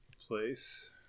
place